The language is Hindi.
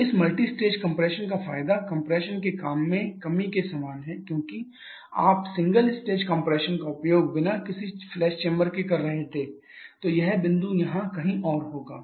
तो इस मल्टीस्टेज कंप्रेशन का फायदा कम्प्रेशन के काम में कमी के समान है क्योंकि आप सिंगल स्टेज कम्प्रेशन का उपयोग बिना किसी फ़्लैश चैंबर के कर रहे थे तो यह बिंदु यहाँ कहीं और होगा